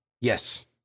Yes